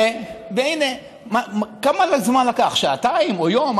והינה, כמה זמן לקח, שעתיים או יום?